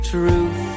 Truth